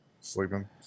sleeping